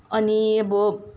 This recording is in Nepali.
अनि अब